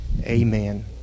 Amen